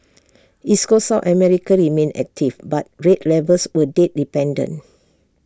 East Coast south America remained active but rate levels were date dependent